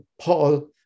Paul